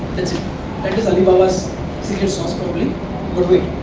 that's alibaba's secret sauce probably but wait,